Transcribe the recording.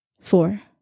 Four